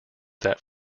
that